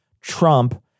Trump